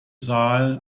saal